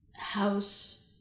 house